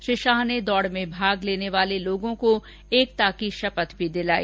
श्री शाह ने दौड़ में भाग ले रहे लोगों को एकता की शपथ भी दिलाई